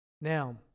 Now